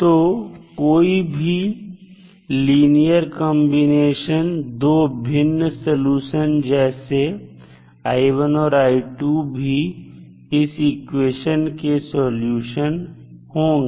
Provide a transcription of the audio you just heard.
तो कोई भी लीनियर कंबीनेशन दो भिन्न सलूशन का जैसे और भी इस इक्वेशन के सॉल्यूशन होंगे